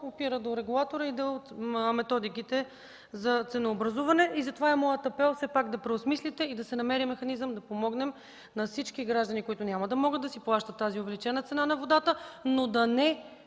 опира до регулатора и до методиките за ценообразуване. Моят апел е все пак след преосмисляне да се намери механизъм да подпомогнем всички граждани, които няма да могат да си плащат тази увеличена цена на водата, но да не